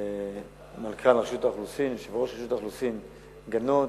יושב-ראש רשות האוכלוסין גנות,